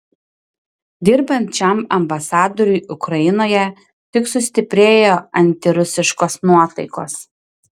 dirbant šiam ambasadoriui ukrainoje tik sustiprėjo antirusiškos nuotaikos